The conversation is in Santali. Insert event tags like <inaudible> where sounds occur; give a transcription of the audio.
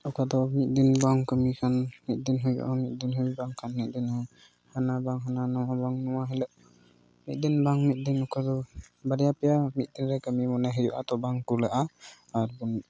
ᱚᱠᱟ ᱫᱚ ᱢᱤᱫ ᱫᱤᱱ ᱵᱟᱝ ᱠᱟᱹᱢᱤ ᱞᱮᱠᱷᱟᱱ ᱢᱤᱫ ᱫᱤᱱ ᱦᱩᱭᱩᱜᱼᱟ <unintelligible> ᱦᱟᱱᱟ ᱵᱟᱝ ᱦᱟᱱᱟ ᱱᱚᱣᱟ ᱵᱟᱝ ᱱᱚᱣᱟ ᱦᱤᱞᱳᱜ ᱢᱤᱫ ᱵᱟᱝ ᱢᱤᱫ ᱫᱤᱱ ᱱᱚᱝᱠᱟ ᱫᱚ ᱵᱟᱨᱭᱟ ᱯᱮᱭᱟ ᱢᱤᱫ ᱛᱮᱞᱮ ᱠᱟᱹᱢᱤ ᱢᱚᱱᱮ ᱦᱩᱭᱩᱜᱼᱟ ᱟᱫᱚ ᱵᱟᱝ ᱠᱩᱲᱟᱹᱜᱼᱟ ᱟᱨ ᱵᱚᱱ